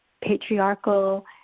patriarchal